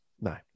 no